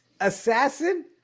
Assassin